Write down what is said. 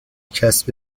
چسب